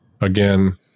Again